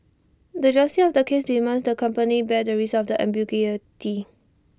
the justice of the case demands that the company bear the risk of this ambiguity